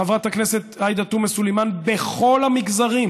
חברת הכנסת עאידה תומא סלימאן, בכל המגזרים,